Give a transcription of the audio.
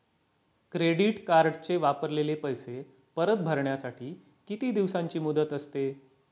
Credit कार्डचे वापरलेले पैसे परत भरण्यासाठी किती दिवसांची मुदत असते?